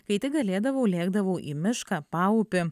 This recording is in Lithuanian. kai tik galėdavau lėkdavau į mišką paupį